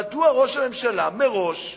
מדוע ראש הממשלה מראש,